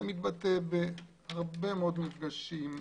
זה מתבטא בהרבה מאוד מפגשים,